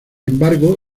embargo